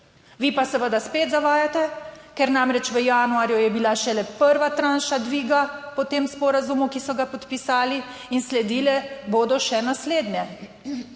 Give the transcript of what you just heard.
Vi pa seveda spet zavajate, ker namreč v januarju je bila šele prva tranša dviga po tem sporazumu, ki so ga podpisali in sledile bodo še naslednje.